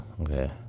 okay